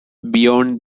beyond